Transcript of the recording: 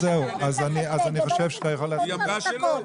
אז אני חושב שאתה יכול להסיר את ההסתייגות.